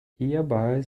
hierbei